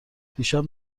دیشب